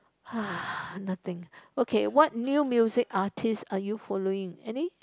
nothing okay what new music artists are you following any